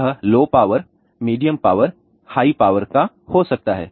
यह low power medium power high power का हो सकता है